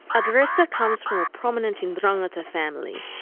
agresta comes from a prominent and ndrangheta family.